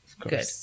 good